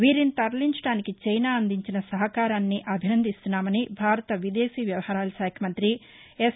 వీరిని తరలించడానికి చైనా అందించిన సహకారాన్ని అభినందిస్తున్నామని భారత విదేశీ వ్యవహారాల శాఖ మంత్రి ఎస్